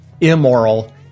immoral